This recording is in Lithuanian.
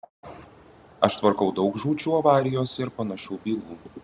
aš tvarkau daug žūčių avarijose ir panašių bylų